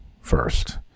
first